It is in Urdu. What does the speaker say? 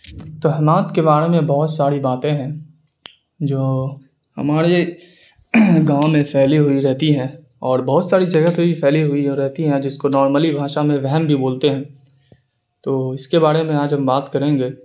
توہمات کے بارے بہت ساری باتیں ہیں جو ہماری گاؤں میں پھیلی ہوئی رہتی ہیں اور بہت ساری جگہ پہ بھی پھیلی ہوئی رہتی ہے جس کو نارملی بھاشا میں وہم بھی بولتے ہیں تو اس کے بارے میں آج ہم بات کریں گے